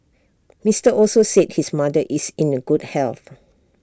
Mister Also said his mother is in A good health